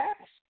ask